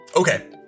Okay